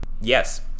Yes